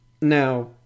Now